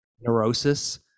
neurosis